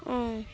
ও